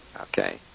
Okay